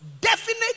definite